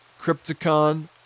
Crypticon